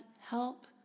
help